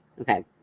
Okay